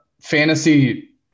fantasy